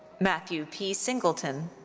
matthew p. singleton.